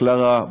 קלרה,